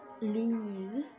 lose